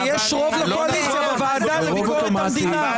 כי יש רוב לקואליציה בוועדה לביקורת המדינה.